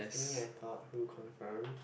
you think I thought who confirm